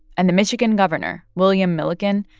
and the michigan governor, william milliken,